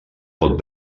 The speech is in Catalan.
pot